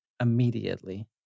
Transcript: immediately